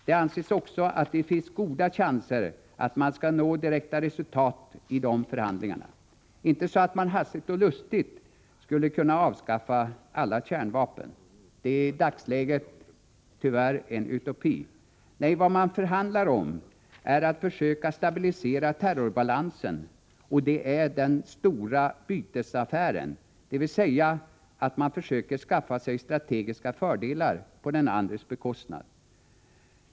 Det anses också att det finns goda chanser att man skall nå direkta resultat i dessa förhandlingar — inte så att man hastigt och lustigt skulle kunna avskaffa alla kärnvapen, vilket i dagsläget tyvärr är en utopi. Nej, vad man förhandlar om är att försöka stabilisera terrorbalansen, och det är ”den stora bytesaffären”, dvs. att man försöker skaffa sig strategiska fördelar på den andres bekostnad.